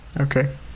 Okay